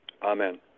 Amen